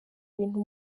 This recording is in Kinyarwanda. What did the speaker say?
ibintu